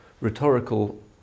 rhetorical